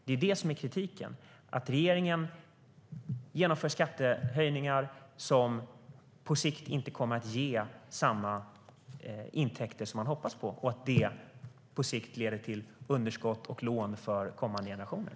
Det är det som är kritiken, att regeringen genomför skattehöjningar som på sikt inte kommer att ge de intäkter som man hoppas på, vilket i sin tur på sikt leder till underskott och lån för kommande generationer.